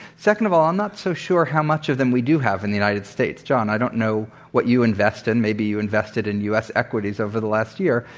second of all, i'm not so sure how much of them we do have in the united states. john, i don't know what you invest in maybe you invested in u. s. equities over the last year.